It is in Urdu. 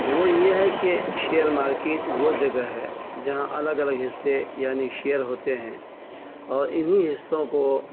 وہ یہ ہے کہ شیئر مارکیٹ وہ جگہ ہے جہاں الگ الگ حصے یعنی شیئر ہوتے ہیں اور انہیں حصوں کو